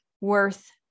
worth